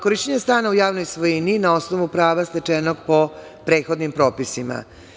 Korišćenje stana u javnoj svojini na osnovu prava stečenog po prethodnim propisima.